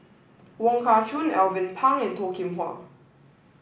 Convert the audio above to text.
Wong Kah Chun Alvin Pang and Toh Kim Hwa